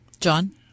John